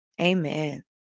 amen